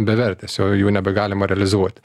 bevertės jau jų nebegalima realizuoti